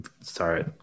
sorry